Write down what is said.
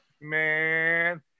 Man